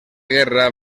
guerra